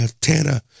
Tana